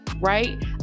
Right